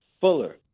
Fuller